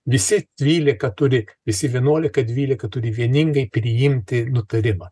visi trylika turi visi vienuolika dvylika turi vieningai priimti nutarimą